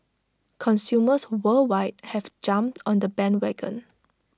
consumers worldwide have jumped on the bandwagon